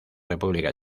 república